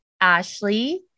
Ashley